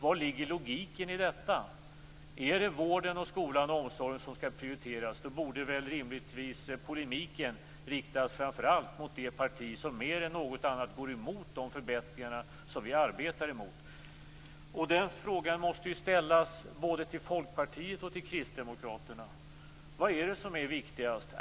Var ligger logiken i detta? Om det är vården, skolan och omsorgen som skall prioriteras borde polemiken rimligtvis riktas framför allt mot det parti som mer än något annat går emot de förbättringar som vi arbetar för. Den frågan måste ställas både till Folkpartiet och till Kristdemokraterna. Vad är det som är viktigast?